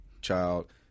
child